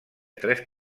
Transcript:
tres